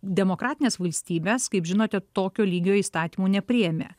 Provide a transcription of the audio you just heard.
demokratinės valstybės kaip žinote tokio lygio įstatymo nepriėmė